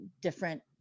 different